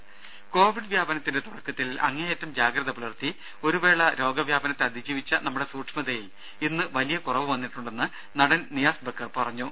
രും കോവിഡ് വ്യാപനത്തിന്റെ തുടക്കത്തിൽ അങ്ങേയറ്റം ജാഗ്രത പുലർത്തി ഒരുവേള രോഗവ്യാപനത്തെ അതിജീവിച്ച നമ്മുടെ സൂക്ഷ്മതയിൽ ഇന്ന് വലിയ കുറവ് വന്നിട്ടുണ്ടെന്ന് നടൻ നിയാസ് ബക്കർ പറഞ്ഞു